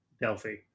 Delphi